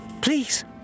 Please